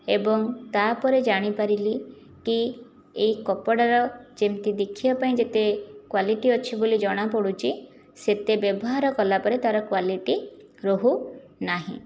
ଏବଂ ତା'ପରେ ଜାଣିପାରିଲି କି ଏହି କପଡ଼ାର ଯେମିତି ଦେଖିବା ପାଇଁ ଯେତେ କ୍ୱାଲିଟି ଅଛି ବୋଲି ଜଣାପଡ଼ୁଛି ସେତେ ବ୍ୟବହାର କଲା ପରେ ତା'ର କ୍ୱାଲିଟି ରହୁ ନାହିଁ